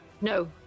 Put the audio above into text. No